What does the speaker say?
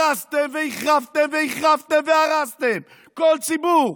הרסתם והחרבתם והחרבתם והרסתם כל ציבור.